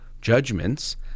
judgments